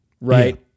right